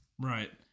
Right